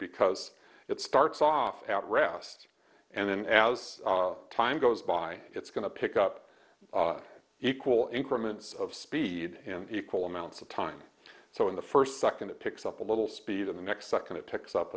because it starts off at rest and then as time goes by it's going to pick up equal increments of speed and equal amounts of time so in the first second it picks up a little speed in the next second it picks up